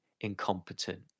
incompetent